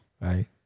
Right